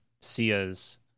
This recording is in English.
Sia's